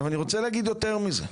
אני רוצה להגיד יותר מזה,